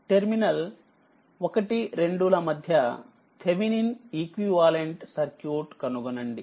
terminals 1 2ల మధ్య Thevenin equivalent circuit కనుగొనండి